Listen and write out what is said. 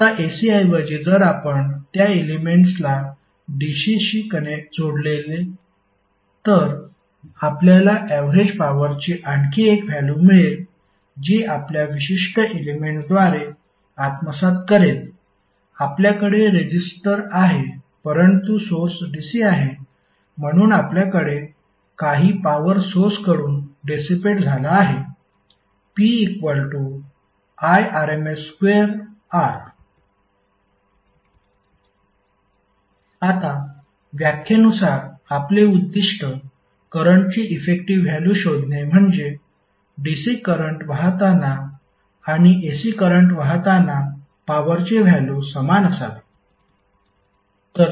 आता AC ऐवजी जर आपण त्या एलेमेंट्सला DC शी जोडले तर आपल्याला ऍवरेज पॉवरची आणखी एक व्हॅल्यु मिळेल जी आपल्या विशिष्ट एलेमेंट्सद्वारे आत्मसात करेल आपल्याकडे रेजिस्टर आहे परंतु सोर्स DC आहे म्हणून आपल्याकडे काही पॉवर सोर्सकडून डेसीपेट झाला आहे PIrms2R आता व्याख्येनुसार आपले उद्दीष्ट करंटची इफेक्टिव्ह व्हॅल्यु शोधणे म्हणजे DC करंट वाहताना आणि AC करंट वाहताना पॉवरची व्हॅल्यू समान असावी